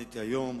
עניתי היום,